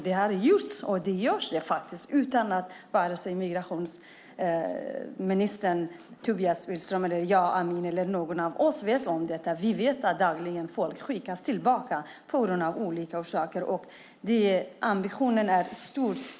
Det har gjorts, och det görs, utan att vare sig migrationsminister Tobias Billström eller jag vet om det. Vi vet att folk dagligen skickas tillbaka av olika anledningar. Ambitionen är hög.